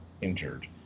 injured